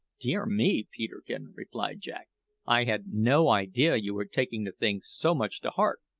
dear me, peterkin! replied jack i had no idea you were taking the thing so much to heart,